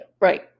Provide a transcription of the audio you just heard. Right